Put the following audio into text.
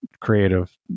creative